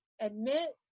admit